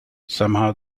somehow